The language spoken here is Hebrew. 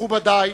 מכובדי,